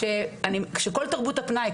שכל תרבות הפנאי,